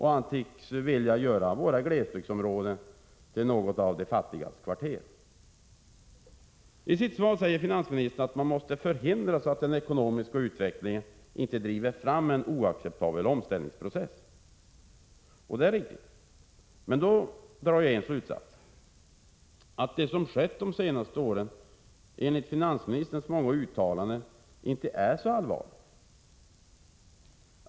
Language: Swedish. Han tycks vilja göra våra glesbygdsområden till något av ”de fattigas kvarter”. miska effekterna av regional obalans I sitt svar säger finansministern att man måste förhindra att den ekonomiska utvecklingen driver fram en oacceptabel omställningsprocess. Det är riktigt. Då drar jag, mot bakgrund av finansministerns många uttalanden, den slutsatsen att finansministern anser att det som skett de senaste åren inte är så allvarligt.